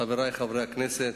חברי חברי הכנסת,